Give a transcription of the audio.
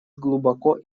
глубоко